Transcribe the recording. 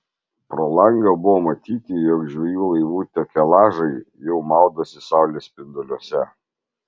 pro langą buvo matyti jog žvejų laivų takelažai jau maudosi saulės spinduliuose